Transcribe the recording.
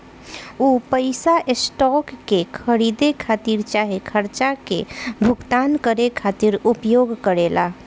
उ पइसा स्टॉक के खरीदे खातिर चाहे खर्चा के भुगतान करे खातिर उपयोग करेला